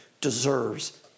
deserves